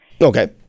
Okay